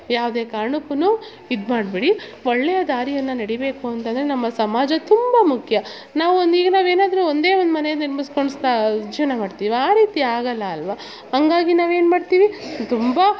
ಯಾವುದೆ ಕಾರ್ಣಕ್ಕು ಇದು ಮಾಬೇಡಿ ಒಳ್ಳೆಯ ದಾರಿಯನ್ನು ನಡಿಬೇಕು ಅಂದಾಗ ನಮ್ಮ ಸಮಾಜ ತುಂಬ ಮುಖ್ಯ ನಾವು ಒಂದು ಈಗ ನಾವು ಏನಾದರು ಒಂದೇ ಒಂದು ಮನೆ ನಿರ್ಮಿಸ್ಕೊಂಡು ಸ್ತಾ ಜೀವನ ಮಾಡ್ತೀವಾ ಆ ರೀತಿ ಆಗೋಲ್ಲ ಅಲ್ಲವ ಹಂಗಾಗಿ ನಾವೇನು ಮಾಡ್ತೀವಿ ತುಂಬ